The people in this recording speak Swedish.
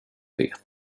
vet